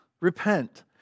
Repent